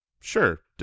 sure